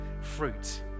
fruit